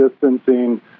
distancing